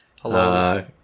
Hello